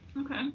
Okay